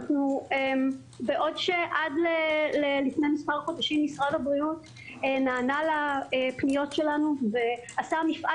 בעוד שעד לפני מספר חודשים משרד הבריאות נענה לפניות שלנו ועשה מפעל